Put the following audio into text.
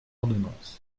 ordonnance